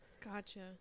Gotcha